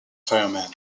fireman